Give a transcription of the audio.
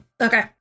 Okay